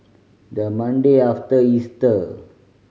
the Mmonday after Easter